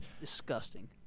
Disgusting